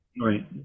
Right